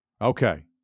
Okay